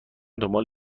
دنبال